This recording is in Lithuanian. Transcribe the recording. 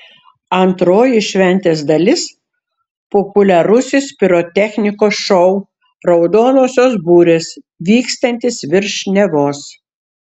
antroji šventės dalis populiarusis pirotechnikos šou raudonosios burės vykstantis virš nevos